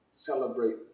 celebrate